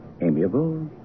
amiable